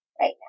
right